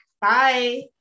Bye